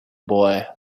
boy